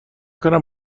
کنم